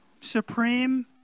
supreme